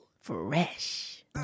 Fresh